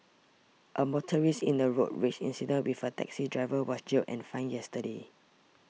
a motorist in a road rage incident with a taxi driver was jailed and fined yesterday